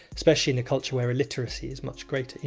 especially in a culture where illiteracy is much greater.